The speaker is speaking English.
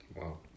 Wow